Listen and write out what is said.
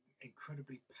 incredibly